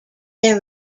their